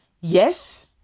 yes